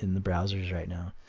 in the browsers right now.